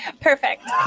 Perfect